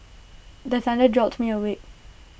the thunder jolt me awake